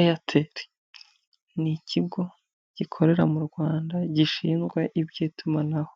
Eyateri, ni ikigo gikorera mu Rwanda gishinzwe iby'itumanaho,